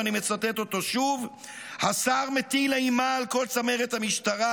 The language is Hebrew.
ואני מצטט אותו שוב: השר מטיל אימה על כל צמרת המשטרה,